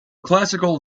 classical